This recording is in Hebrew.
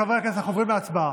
חברי הכנסת, אנחנו עוברים להצבעה.